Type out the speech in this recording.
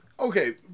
Okay